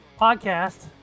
Podcast